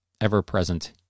ever-present